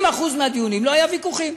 ב-80% מהדיונים לא היו ויכוחים,